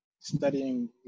studying